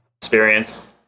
experience